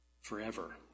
Forever